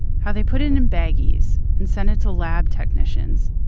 how they put it it in baggies and sent it to lab technicians.